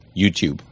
YouTube